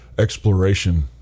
exploration